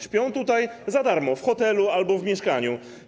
Śpią tutaj za darmo w hotelu albo w mieszkaniu.